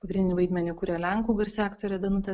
pagrindinį vaidmenį kuria lenkų garsi aktorė danutė